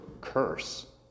curse